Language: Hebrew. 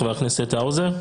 חבר הכנסת האוזר.